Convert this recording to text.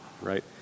right